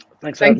Thanks